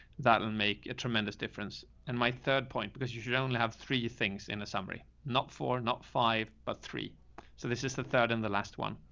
that would and make a tremendous difference. and my third point, because you should only have three things in a summary, not four, not five, but three. so this is the third and the last one,